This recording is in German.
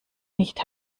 nicht